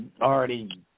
already